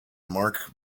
mark